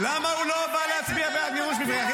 למה הוא לא בא להצביע בעד גירוש מחבלים?